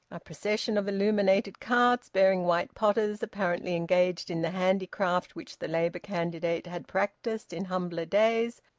a procession of illuminated carts, bearing white potters apparently engaged in the handicraft which the labour candidate had practised in humbler days,